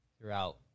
throughout